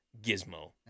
Gizmo